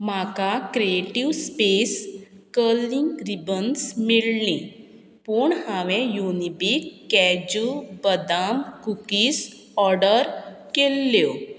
म्हाका creative space curling ribbons मेळ्ळीं पूण हांवें युनिबीक कॅज्यू बदाम कुकीज ऑर्डर केल्ल्यो